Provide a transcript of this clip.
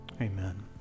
Amen